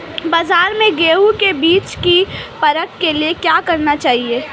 बाज़ार में गेहूँ के बीज की परख के लिए क्या करना चाहिए?